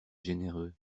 généreux